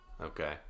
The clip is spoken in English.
Okay